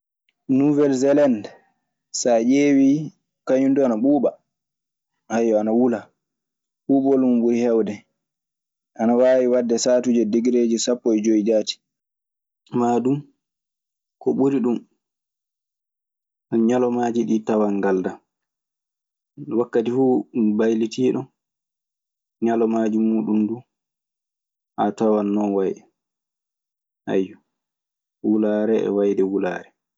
nuwel elande sa ɗiewi kaŋum dun ana ɓuuba, ayio, ana wula, ɓubol mun ɓuri hewde ana wawi wade degereji sapo e joyi jaati. wulaare du, a waawa wiide wulataa sanne. ɗen nokkuuje ñalawmaaji muuɗun ndaɓɓiɗan illa e juutgol muuɗun. Maa du ko ɓuri ɗun, ñalawmaaji ɗii tawan ngaldaa. Wakkati fuu baylitiiɗo ñalawmaaji muuɗun du a tawan non wayi. Ayyo. Wulaare e wayde wulaare.